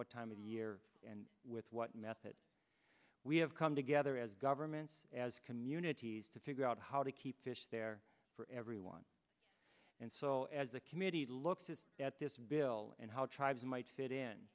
what time of year and with what method we have come together as governments as communities to figure out how to keep fish there for everyone and so as the committee looks at this bill and how tribes might fit in